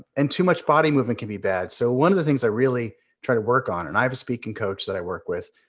and too much body movement can be bad. so one of the things i really try to work on, and i have a speaking coach that i work with,